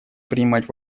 принимать